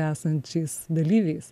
esančiais dalyviais